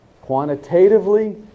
quantitatively